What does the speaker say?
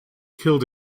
killed